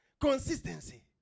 Consistency